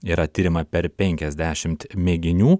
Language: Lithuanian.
yra tiriama per penkiasdešimt mėginių